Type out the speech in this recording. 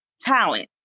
talent